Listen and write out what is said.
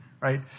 right